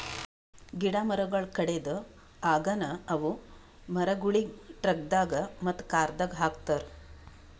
ಗಿಡ ಮರಗೊಳ್ ಕಡೆದ್ ಆಗನ ಅವು ಮರಗೊಳಿಗ್ ಟ್ರಕ್ದಾಗ್ ಮತ್ತ ಕಾರದಾಗ್ ಹಾಕತಾರ್